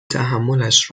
تحملش